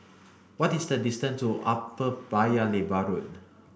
what is the distance to Upper Paya Lebar Road